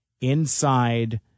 Inside